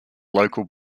local